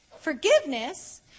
forgiveness